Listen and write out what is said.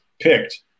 picked